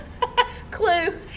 Clue